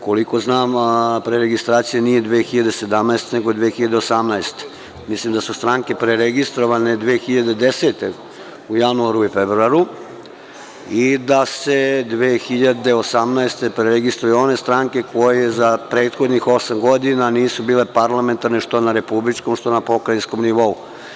Koliko znam preregistracija nije 2017. godine nego je 2018. godine i mislim da su stranke preregistrovane 2010. u januaru i februaru i da se 2018. godine preregistruju one stranke koje za prethodnih osam godina nisu bile parlamentarne što na republičkom, što na pokrajinskom nivou.